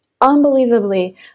unbelievably